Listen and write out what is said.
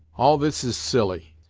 all this is silly.